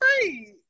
free